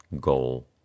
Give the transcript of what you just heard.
goal